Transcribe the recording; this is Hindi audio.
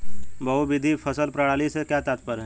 बहुविध फसल प्रणाली से क्या तात्पर्य है?